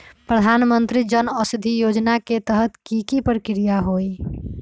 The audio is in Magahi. प्रधानमंत्री जन औषधि योजना के तहत की की प्रक्रिया होई?